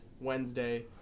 Wednesday